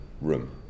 room